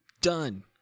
done